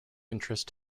interest